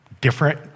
different